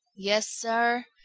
yes, sir,